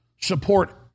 support